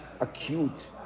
acute